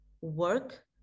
work